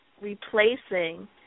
replacing